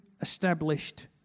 established